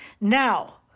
Now